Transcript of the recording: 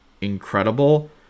incredible